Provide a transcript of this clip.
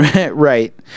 Right